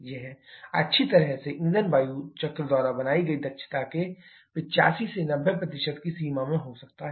यह अच्छी तरह से ईंधन वायु चक्र द्वारा बनाई गई दक्षता के 85 से 90 की सीमा में हो सकता है